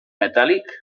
metàl·lic